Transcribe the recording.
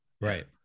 Right